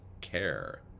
care